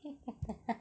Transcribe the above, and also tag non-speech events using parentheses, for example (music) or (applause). (laughs)